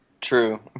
true